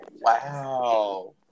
Wow